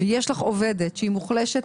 יש לך עובדת שהיא מוחלשת,